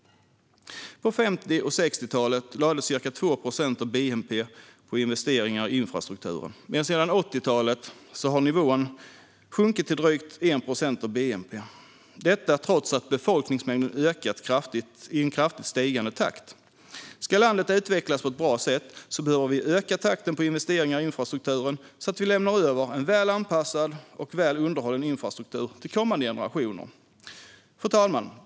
På 50 och 60-talen lades ca 2 procent av bnp på investeringar i infrastrukturen, men sedan 80-talet har nivån sjunkit till drygt 1 procent av bnp, trots att befolkningsmängden ökat i en kraftigt stigande takt. Ska landet utvecklas på ett bra sätt behöver vi öka takten på investeringar i infrastrukturen så att vi lämnar över en väl anpassad och väl underhållen infrastruktur till kommande generationer. Fru talman!